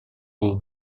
был